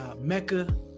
mecca